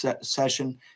session